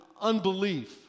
unbelief